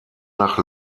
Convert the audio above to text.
nach